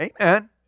Amen